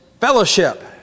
fellowship